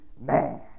man